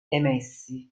emessi